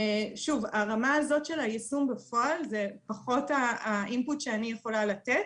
הרמה הזו של היישום בפועל זה פחות האינפוט שאני יכולה לתת,